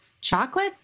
Chocolate